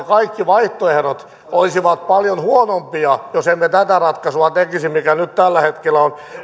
kaikki vaihtoehdot vain olisivat paljon huonompia jos emme tekisi tätä ratkaisua mikä nyt tällä hetkellä on